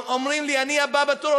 אומרים לי: אני הבא בתור,